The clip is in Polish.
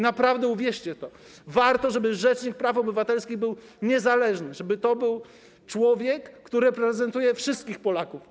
Naprawdę, uwierzcie w to, warto, żeby rzecznik praw obywatelskich był niezależny, żeby to był człowiek, który reprezentuje wszystkich Polaków.